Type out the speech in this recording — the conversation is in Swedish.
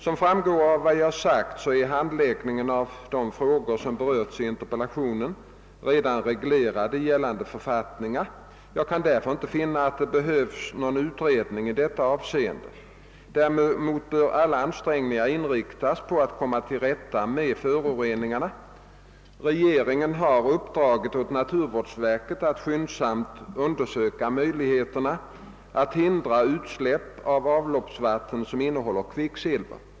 Som framgått av vad jag sagt är handläggningen av de frågor som berörs i interpellationen redan reglerad i gällande författningar. Jag kan därför inte finna att det behövs någon utredning i detta avseende. Däremot bör alla ansträngningar inriktas på att komma till rätta med föroreningarna. Regeringen har uppdragit åt naturvårdsverket att skyndsamt undersöka möjligheterna att hindra utsläpp av avloppsvatten som innehåller kvicksilver.